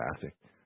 Fantastic